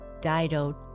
Dido